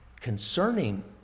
concerning